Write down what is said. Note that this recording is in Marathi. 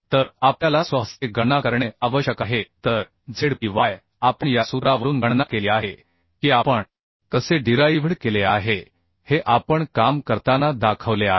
तर आपल्याला स्वहस्ते गणना करणे आवश्यक आहे तर zpy आपण या सूत्रावरून गणना केली आहे की आपण कसे डिराईव्ह्ड केले आहे हे आपण काम करताना दाखवले आहे